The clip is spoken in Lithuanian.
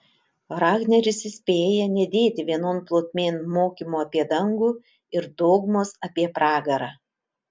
rahneris įspėja nedėti vienon plotmėn mokymo apie dangų ir dogmos apie pragarą